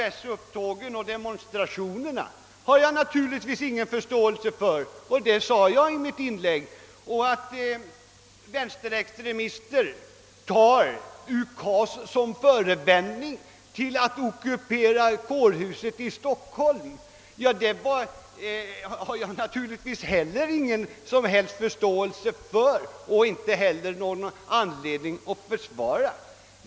De olika upptågen och demonstrationerna har jag ingen förståelse för — det sade jag redan i mitt föregående inlägg. Det förhållandet att vänsterextremister tagit UKAS som förevändning för att ockupera kårhuset i Stockholm har jag inte heller någon som helst förståelse för och ingen anledning att försvara.